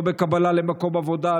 לא בקבלה למקום עבודה,